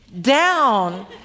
down